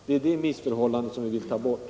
Det är det missförhållandet som vi vill ta bort.